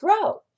grow